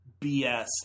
BS